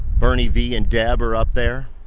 bernie v. and deb are up there.